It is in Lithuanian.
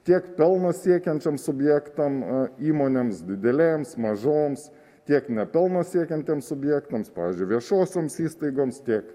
tiek pelno siekiančiom subjektam įmonėms didelėms mažoms tiek nepelno siekiantiems subjektams pavyzdžiui viešosioms įstaigoms tiek